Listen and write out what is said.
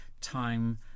time